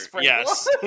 Yes